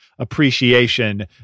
Appreciation